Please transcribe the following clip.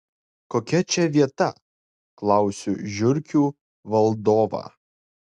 kokia čia vieta klausiu žiurkių valdovą